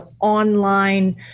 online